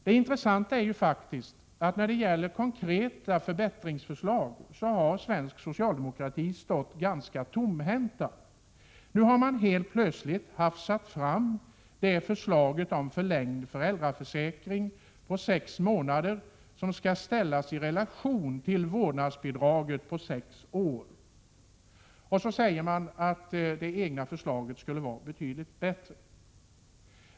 Det intressanta är att när det gäller konkreta förbättringsförslag har svensk socialdemokrati stått ganska tomhänt. Nu har man helt plötsligt hafsat fram förslaget om en med sex månader förlängd föräldraförsäkring, som skall ställas i relation till vårt förslag om vårdnadsbidrag i sex år. Så säger man att det egna förslaget skulle vara betydligt bättre.